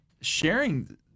sharing